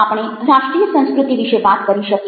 આપણે રાષ્ટ્રીય સંસ્કૃતિ વિશે વાત કરી શકીએ